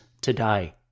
today